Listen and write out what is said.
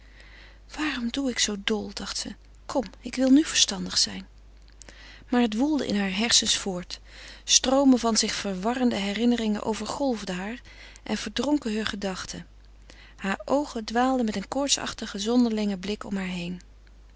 waarom doe ik zoo dol dacht ze kom ik wil nu verstandig zijn maar het woelde in hare hersens voort stroomen van zich verwarrende herinneringen overgolfden haar en verdronken heure gedachte hare oogen dwaalden met een koortsachtigen zonderlingen blik om